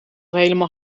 helemaal